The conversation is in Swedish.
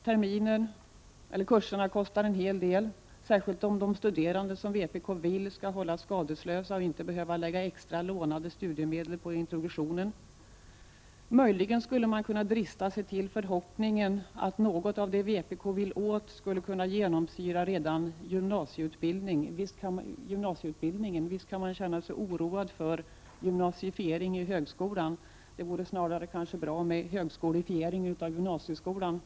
Terminen eller kurserna kostar en hel del, särskilt om studenterna, som vpk vill, skall hållas skadeslösa och inte behöva lägga extra lånade studiemedel på introduktionen. Möjligen skulle man kunna drista sig till förhoppningen att något av det vpk vill få till stånd skulle kunna genomsyra redan gymnasieutbildningen. Visst kan man känna sig oroad över gymnasifiering av högskolan. Det vore kanske bättre med högskolefiering av delar av gymnasieskolan.